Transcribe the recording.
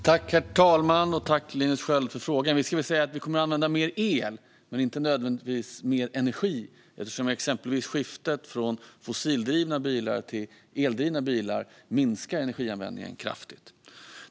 Herr talman! Jag tackar Linus Sköld för frågorna. Jag ska säga att vi kommer att använda mer el men inte nödvändigtvis mer energi, eftersom exempelvis skiftet från fossildrivna bilar till eldrivna bilar minskar energianvändningen kraftigt.